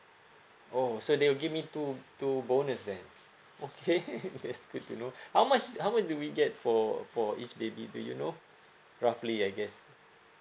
oh so they will give me two two bonus then okay that's good to know how much how much do we get for for each baby do you know roughly I guess